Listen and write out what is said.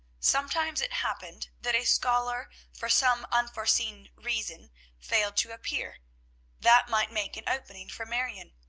sometimes it happened that a scholar for some unforeseen reason failed to appear that might make an opening for marion.